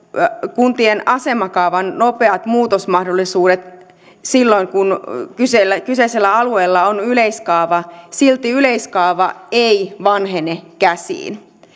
kuntien asemakaavan nopeat muutosmahdollisuudet silloin kun kyseisellä kyseisellä alueella on yleiskaava silti yleiskaava ei vanhene käsiin